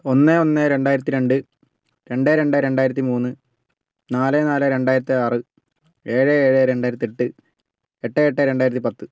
ഒന്ന് ഒന്ന് രണ്ടായിരത്തി രണ്ട് രണ്ട് രണ്ട് രണ്ടായിരത്തി മൂന്ന് നാല് നാല് രണ്ടായിരത്തി ആറ് ഏഴ് ഏഴ് രണ്ടായിരത്തി എട്ട് എട്ട് എട്ട് രണ്ടായിരത്തി പത്ത്